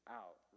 out